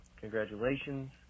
congratulations